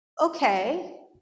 Okay